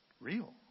real